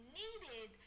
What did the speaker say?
needed